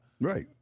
Right